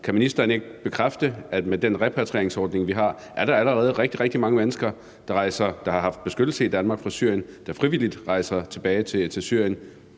Kan ministeren ikke bekræfte, at der med den repatrieringsordning, vi har, allerede er rigtig, rigtig mange mennesker fra Syrien, der har haft beskyttelse i Danmark, der frivilligt rejser tilbage til Syrien?